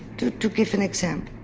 to to give an example.